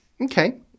Okay